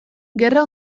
gerra